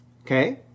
okay